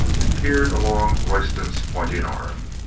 and peered along royston's pointing arm.